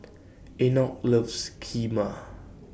Enoch loves Kheema